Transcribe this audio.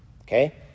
Okay